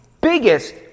biggest